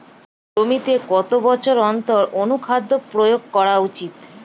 জমিতে কত বছর অন্তর অনুখাদ্য প্রয়োগ করা উচিৎ?